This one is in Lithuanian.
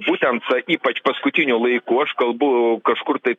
būtent ypač paskutiniu laiku aš kalbu kažkur tai